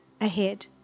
ahead